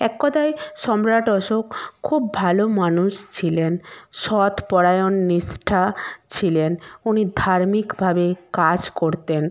এক কথায় সম্রাট অশোক খুব ভালো মানুষ ছিলেন সৎ পরায়ণ নিষ্ঠা ছিলেন উনি ধার্মিকভাবে কাজ করতেন